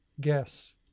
guess